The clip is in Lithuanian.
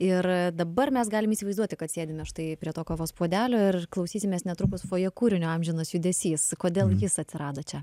ir dabar mes galim įsivaizduoti kad sėdime štai prie to kavos puodelio ir klausysimės netrukus fojė kūrinio amžinas judesys kodėl jis atsirado čia